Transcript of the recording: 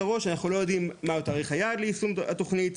אנחנו לא יודעים מה הוא תאריך היעד ליישום התוכנית,